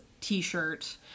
T-shirt